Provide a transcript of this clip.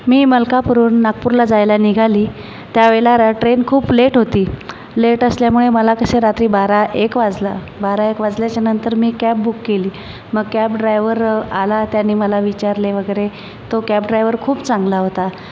मी मलकापूरवरून नागपूरला जायला निघाली त्यावेळेला रा ट्रेन खूप लेट होती लेट असल्यामुळे मला कसे रात्री बारा एक वाजला बारा एक वाजल्याच्या नंतर मी कॅब बुक केली मग कॅब ड्रायव्हर आला त्याने मला विचारले वगैरे तो कॅब ड्रायव्हर खूप चांगला होता